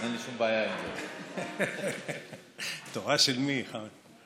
אין, דבר תורה לא כפוף